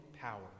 power